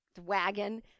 wagon